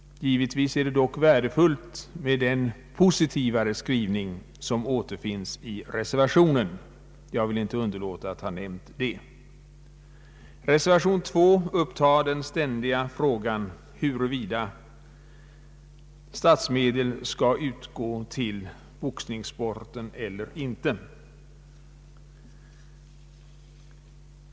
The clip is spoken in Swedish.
Givetvis är det dock värdefullt med den positiva skrivning som återfinns i reservationen; jag vill inte underlåta att nämna det. Reservation 2 tar upp den ständiga frågan huruvida statsmedel skall utgå till boxningssporten.